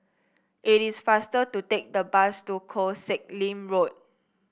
it is faster to take the bus to Koh Sek Lim Road